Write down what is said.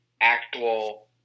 actual